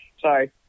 Sorry